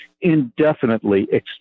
indefinitely